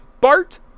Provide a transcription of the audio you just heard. Bart